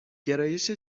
گرایش